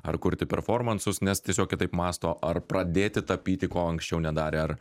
ar kurti performansus nes tiesiog kitaip mąsto ar pradėti tapyti ko anksčiau nedarė ar